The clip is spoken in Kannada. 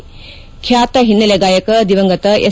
ಬ್ಕಾತ ಹಿನ್ನಲೆ ಗಾಯಕ ದಿವಂಗತ ಎಸ್